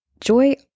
joy